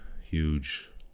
huge